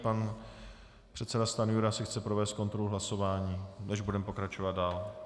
Pan předseda Stanjura si chce provést kontrolu hlasování, než budeme pokračovat dál.